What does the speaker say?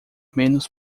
menos